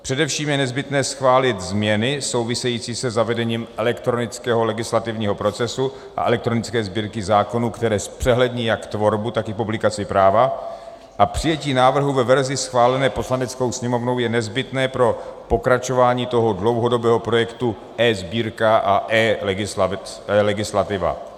Především je nezbytné schválit změny související se zavedením elektronického legislativního procesu a elektronické Sbírky zákonů, které zpřehlední jak tvorbu, tak i publikaci práva, a přijetí návrhu ve verzi schválené Poslaneckou sněmovnou je nezbytné pro pokračování toho dlouhodobého projektu eSbírka a eLegislativa.